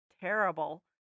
terrible